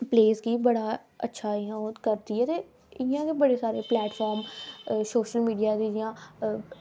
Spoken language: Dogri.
रिप्लेस गी इंया बड़ा अच्छा ओह् करदी ऐ ते इंया बी बड़े प्लेटफॉर्म सोशल मीडिया दे